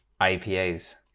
IPAs